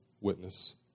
witness